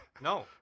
No